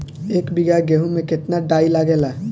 एक बीगहा गेहूं में केतना डाई लागेला?